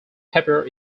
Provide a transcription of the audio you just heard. pepper